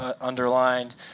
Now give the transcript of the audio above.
underlined